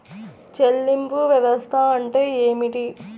చెల్లింపు వ్యవస్థ అంటే ఏమిటి?